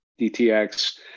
DTX